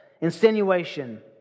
insinuation